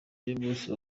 y’umunsi